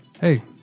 hey